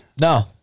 No